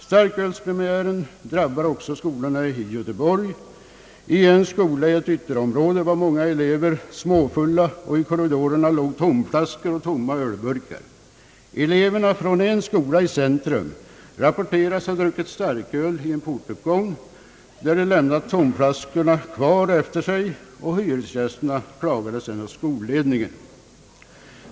Starkölspremiären drabbar också skolorna i Göteborg. I en skola i ett ytterområde var många elever småfulla och i korridoren låg tomflaskor och tomma ölburkar. Elever från en skola i centrum rapporteras ha druckit starköl i en portuppgång, de lämnade tomflaskorna kvar efter sig och hyresgästerna klagade hos skolledningen.